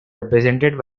represented